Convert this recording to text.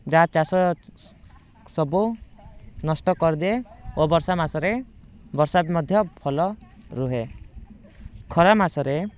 ଯାହା ଚାଷ ସବୁ ନଷ୍ଟ କରିଦିଏ ଓ ବର୍ଷା ମାସରେ ବର୍ଷା ବି ମଧ୍ୟ ଭଲ ରୁହେ ଖରା ମାସରେ